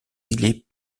îlets